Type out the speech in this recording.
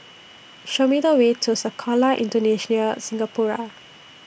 Show Me The Way to Sekolah Indonesia Singapura